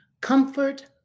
Comfort